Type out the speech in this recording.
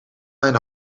mijn